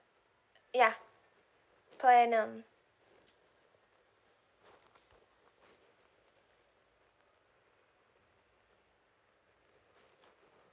ya per annum